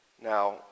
Now